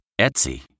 Etsy